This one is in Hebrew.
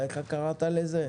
איך קראת לזה?